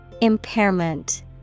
Impairment